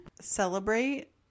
celebrate